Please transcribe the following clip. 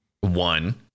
one